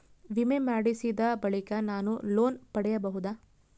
ವಿಮೆ ಮಾಡಿಸಿದ ಬಳಿಕ ನಾನು ಲೋನ್ ಪಡೆಯಬಹುದಾ?